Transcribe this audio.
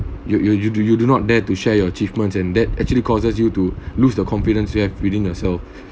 you you you do you do not dare to share your achievements and that actually causes you to lose the confidence you have within yourself